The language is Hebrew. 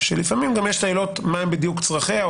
כשלפעמים גם יש עילות מה הם בדיוק צרכיה,